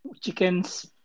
chicken's